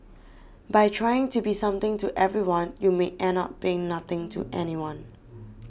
by trying to be something to everyone you may end up being nothing to anyone